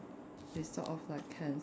off I can